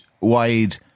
wide